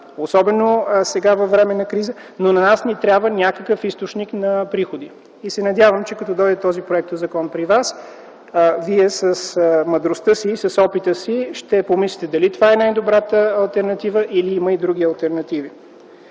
особено сега по време на криза, но нас ни трябва някакъв източник на приходи. И се надявам, че когато дойде този проектозакон при вас вие с мъдростта си, с опита си ще помислите дали това е най-добрата алтернатива или има и други алтернативи.